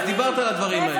אז דיברת על הדברים האלה.